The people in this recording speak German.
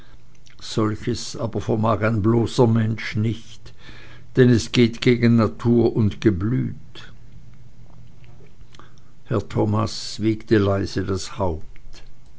solches aber vermag ein bloßer mensch nicht denn es geht gegen natur und geblüt herr thomas wiegte leise das haupt